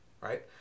Right